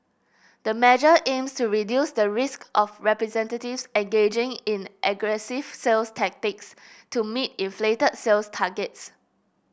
the measure aims to reduce the risk of representatives engaging in aggressive sales tactics to meet inflated sales targets